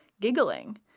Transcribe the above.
giggling